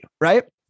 Right